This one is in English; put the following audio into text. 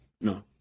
No